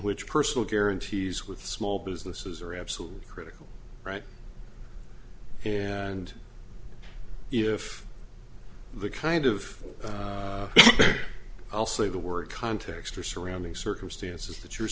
which personal guarantees with small businesses are absolutely critical right and if the kind of i'll say the word context or surrounding circumstances that you're